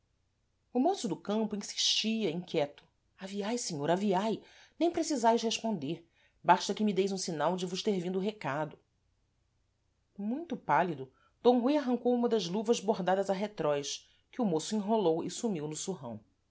o moço do campo insistia inquieto aviai senhor aviai nem precisais responder basta que me deis um sinal de vos ter vindo o recado muito pálido d rui arrancou uma das luvas bordadas a retroz que o môço enrolou e sumiu no surrão